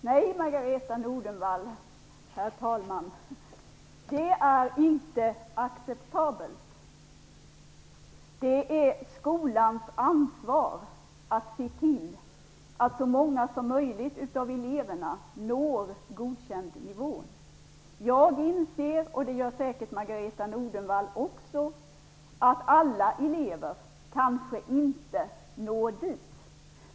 Herr talman! Nej, det är inte acceptabelt. Det är skolans ansvar att se till att så många som möjligt av eleverna når godkändnivån. Jag inser - det gör säkert Margareta E Nordenvall också - att alla elever kanske inte når dit.